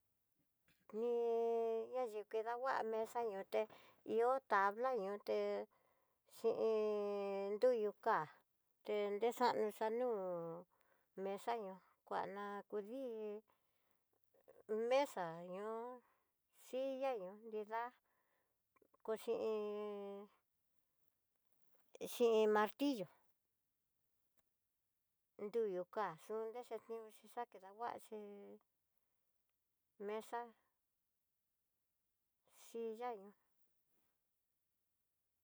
Ni naxhi kida ngua mesa ñoté, ihó tabla ñoté xhin nruyú ká, té nrexanó xanú'u ñóo kuana kudí, mesa ñóo silla ñó, nridá kuxí xhin martillo, nruyú ká yuendexi ñoóxi xakida kuaxi masa, silla ihó.